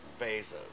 Bezos